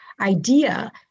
idea